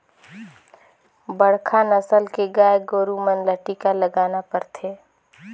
बड़खा नसल के गाय गोरु मन ल टीका लगाना परथे